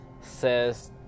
says